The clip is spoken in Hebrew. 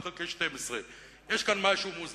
1 חלקי 12. יש כאן משהו מוזר,